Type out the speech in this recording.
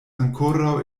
ankoraŭ